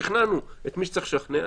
שכנענו את מי שצריך לשכנע,